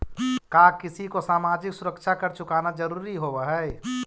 का किसी को सामाजिक सुरक्षा कर चुकाना जरूरी होवअ हई